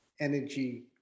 energy